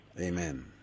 Amen